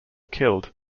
killed